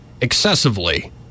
excessively